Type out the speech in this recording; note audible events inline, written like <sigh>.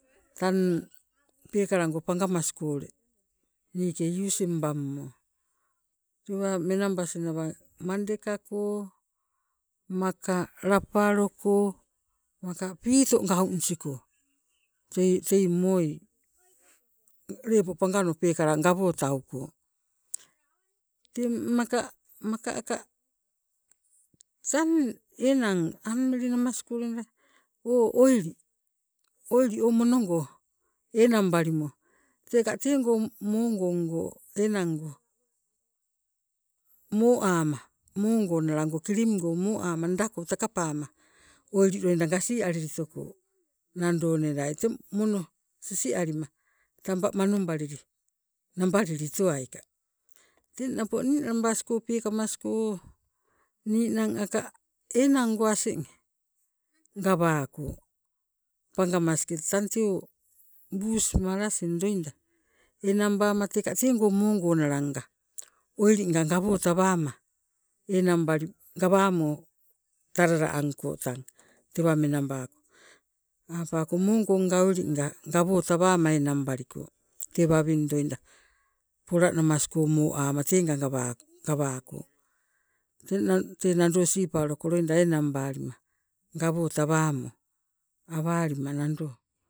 Tang peekalango pangamasko ule niike using bammo tewa menambasinawa mandekako, maka lapaloko, maka piito gaunisigo tei tei mooii lepo pangano peekala gawotauko. Teng maka <unintelligible> tang enang amili namasko loida o oili, oili o monongo enang balimo teka teego moo gongo enango moama moogonala kilim moama nda ko takapama oili loida gasialili toko, nando nelai, teng mono sisi alima tamba manobalili nambalili towaika. Teng napo ninamasko peekamasko ninang aka enango asing gawako pangamaske tang tee bush marasin loida, enang bama teka teego moogo nalanga oilinga gawotawama enangbali gawamo talala angko tang tewa menabako, apako moogong oilinga gawotawama enangbaliko tee wawin loida, polanamasko moama tenga gawako. Teng nado tee nando sipawoloko loida enang balima gawotawamo, gawalima nando